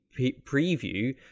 preview